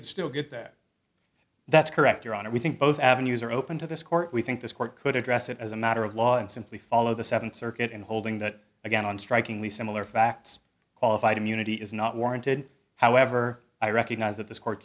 could still get that that's correct your honor we think both avenues are open to this court we think this court could address it as a matter of law and simply follow the seventh circuit and holding that again on strikingly similar facts qualified immunity is not warranted however i recognize that this court